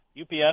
UPS